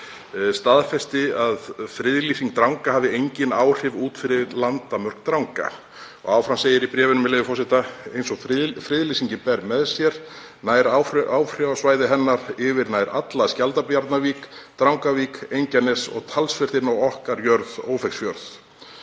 staðfesti að friðlýsing Dranga hafi engin áhrif út fyrir landamörk Dranga. Og áfram segir í bréfinu, með leyfi forseta: Eins og friðlýsingin ber með sér nær áhrifasvæði hennar yfir nær alla Skjaldabjarnarvík, Drangavík, Engjanes og talsvert inn á okkar jörð, Ófeigsjörð.